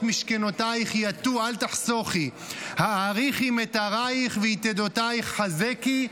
משכנותיך יטו אל תחשֹׂכי האריכי מיתריך ויתדֹתיך חזקי,